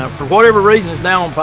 um for whatever reason, it's down but